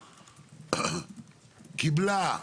וקיבלה,